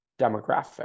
demographic